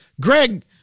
Greg